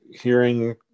hearing